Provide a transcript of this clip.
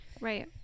Right